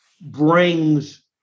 brings